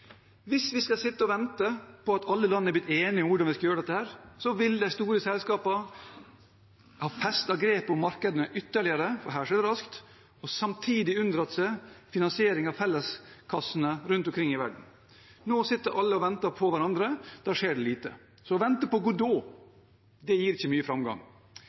Hvis vi skal sitte og vente på at alle land er blitt enige om hvordan vi skal gjøre dette, så vil de store selskapene ha festet grepet om markedene ytterligere – og her skjer det raskt – og samtidig unndratt seg finansiering av felleskassene rundt omkring i verden. Nå sitter alle og venter på hverandre, og da skjer det lite. Å vente på Godot gir ikke mye framgang.